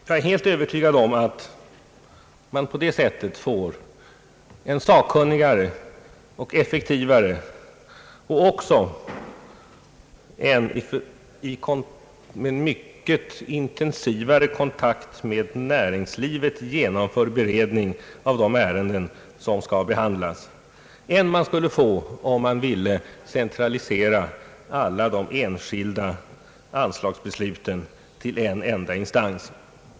Jag är helt övertygad om att man på det sättet får en sakkunnigare, effektivare och även en med mycket intensivare kontakt med näringslivet genomförd beredning av de ärenden som skall behandlas än man skulle få vid en centralisering av alla de enskilda anslagsbesluten till en enda instans.